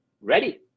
ready